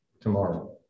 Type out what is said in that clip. tomorrow